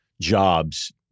jobs